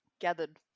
gathered